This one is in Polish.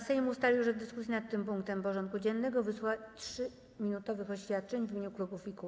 Sejm ustalił, że w dyskusji nad tym punktem porządku dziennego wysłucha 3-minutowych oświadczeń w imieniu klubów i kół.